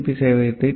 B சேவையகத்தை D